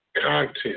content